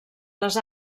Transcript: les